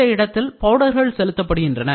இந்த இடத்தில் பவுடர்கள் செலுத்தப்படுகின்றன